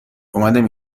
اومدم